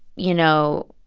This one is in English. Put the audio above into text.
you know,